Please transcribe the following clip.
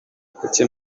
kuki